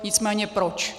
Nicméně proč.